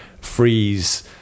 freeze